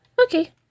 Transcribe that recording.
okay